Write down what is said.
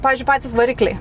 pavyzdžiui patys varikliai